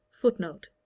Footnote